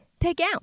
takeout